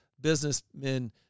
businessmen